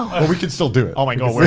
and we can still do it. oh my god.